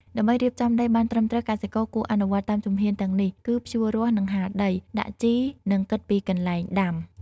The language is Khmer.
ដើម្បីរៀបចំដីបានត្រឹមត្រូវ កសិករគួរអនុវត្តតាមជំហានទាំងនេះគឺ ភ្ជួររាស់និងហាលដី ដាក់ជី និងគិតពីកន្លែងដាំ។